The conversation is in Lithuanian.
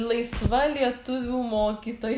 laisva lietuvių mokytoja